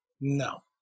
No